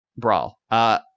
Brawl